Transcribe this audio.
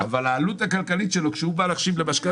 אבל העלות הכלכלית שלו כשהוא מגיע לבנק,